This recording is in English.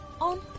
on